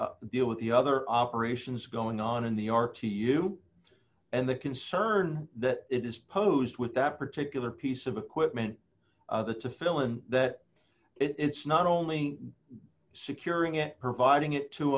deal with the other operations going on in the arc to you and the concern that it is posed with that particular piece of equipment to fill in that it's not only securing it providing it to